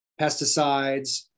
pesticides